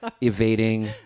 evading